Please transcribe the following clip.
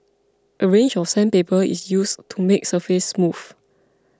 a range of sandpaper is used to make the surface smooth